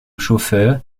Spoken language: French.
chauffeur